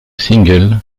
single